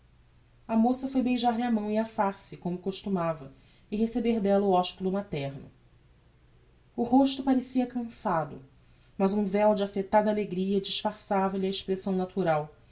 a moça foi beijar-lhe a mão e a face como costumava e receber della o osculo materno o rosto parecia cançado mas um veu de affectada alegria disfarçava lhe a expressão natural